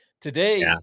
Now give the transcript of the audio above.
Today